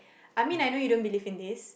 I mean I know you don't believe in this